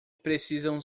precisam